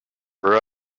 for